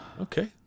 Okay